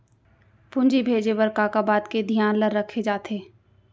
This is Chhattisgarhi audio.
पूंजी भेजे बर का का बात के धियान ल रखे जाथे?